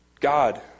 God